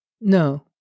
No